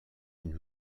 une